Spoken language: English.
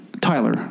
Tyler